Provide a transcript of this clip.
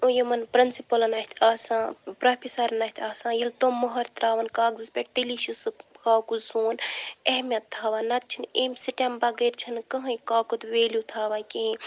تہٕ یِمَن پرنٛسِپٕلَن اَتھۍ آسان پرافِسَرَن اَتھۍ آسان یِیٚلہِ تِم موٚہَر تراوَن کاغزَس پِؠٹھ تیٚلِی چھُ سُہ کاکز سون اہمِیَت تھاوان نَتہٕ چھِنہٕ امہِ سِٹیم بَغٲر چھِنہٕ کٕہٕنۍ کاکُد ویلِو تھاوان کِہیٖنۍ